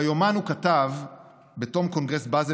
ביומן הוא כתב בתום קונגרס באזל,